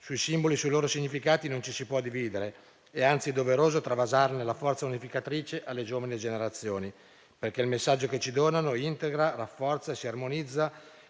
Sui simboli e sui loro significati non ci si può dividere; è anzi doveroso travasarne la forza unificatrice alle giovani generazioni, perché il messaggio che ci donano integra, rafforza e si armonizza